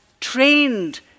trained